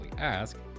ask